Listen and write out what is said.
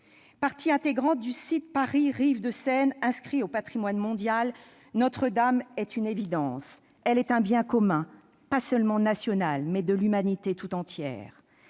Partie intégrante du site « Paris, rives de la Seine », inscrit au patrimoine mondial, Notre-Dame est une évidence : elle est un bien commun, pas seulement national, mais de l'humanité tout entière.